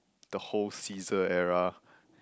the whole caesar era